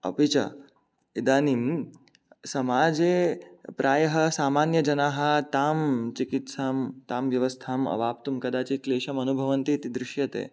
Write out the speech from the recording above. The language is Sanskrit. अपि च इदानीं समाजे प्रायः सामान्यजनाः तां चिकित्सां तां व्यवस्थाम् अवाप्तुं कदाचित् क्लेशम् अनुभवन्ति इति दृश्यते